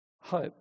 Hope